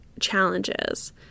challenges